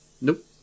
Nope